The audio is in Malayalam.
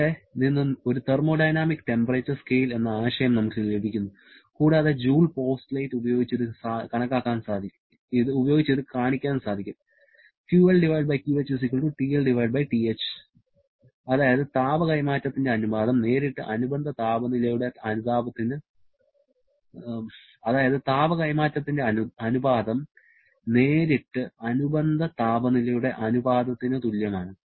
അവിടെ നിന്ന് ഒരു തെർമോഡൈനാമിക് ടെമ്പറേച്ചർ സ്കെയിൽ എന്ന ആശയം നമുക്ക് ലഭിക്കുന്നു കൂടാതെ ജൂൾ പോസ്റ്റുലേറ്റ് ഉപയോഗിച്ച് ഇത് കാണിക്കാൻ സാധിക്കും അതായത് താപ കൈമാറ്റത്തിന്റെ അനുപാതം നേരിട്ട് അനുബന്ധ താപനിലയുടെ അനുപാതത്തിന് തുല്യമാണ്